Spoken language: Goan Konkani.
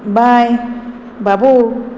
बाय बाबू